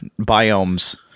biomes